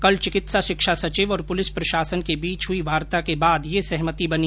कल चिकित्सा शिक्षा सचिव और पुलिस प्रशासन के बीच हुई वार्ता के बाद ये सहमति बनी